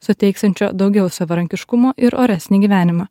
suteiksiančio daugiau savarankiškumo ir oresnį gyvenimą